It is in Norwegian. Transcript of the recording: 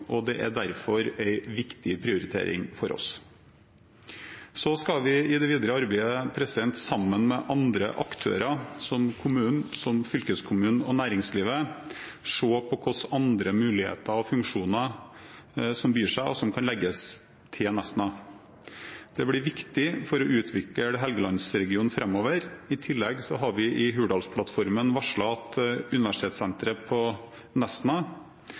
og det er derfor en viktig prioritering for oss. Så skal vi i det videre arbeidet – sammen med andre aktører, som kommunen, fylkeskommunen og næringslivet – se på hvilke andre muligheter og funksjoner som byr seg, og som kan legges til Nesna. Det blir viktig for å utvikle helgelandsregionen framover. I tillegg har vi i Hurdalsplattformen varslet at universitetssenteret på Nesna